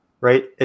right